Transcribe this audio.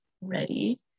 ready